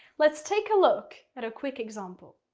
let's take a look at a quick example.